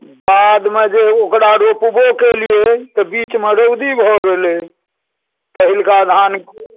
बादमे जे ओकरा रोपबो केलियै तऽ बीचमे रौदी भऽ गेलै पहिलका धान